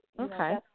Okay